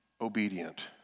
obedient